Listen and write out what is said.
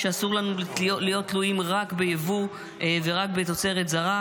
שאסור לנו להיות תלויים רק ביבוא ורק בתוצרת זרה.